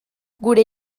gure